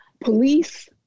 police